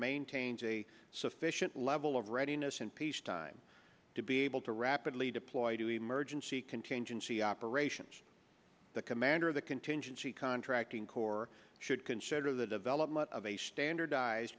maintains a sufficient level of readiness in peacetime to be able to rapidly deploy to emergency contingency operations the commander of the contingency contracting corps should consider the development of a standardized